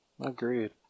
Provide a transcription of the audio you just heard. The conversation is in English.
Agreed